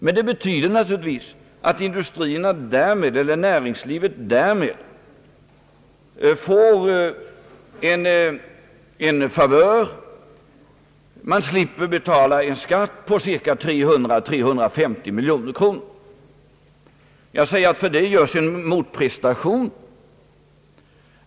Men det betyder naturligtvis att näringslivet får en favör. Man slipper betala en skatt på 300— 390 miljoner kronor. För detta görs, som jag sade, en motprestation.